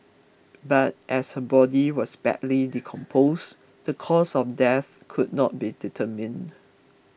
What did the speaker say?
but as her body was badly decomposed the cause of death could not be determined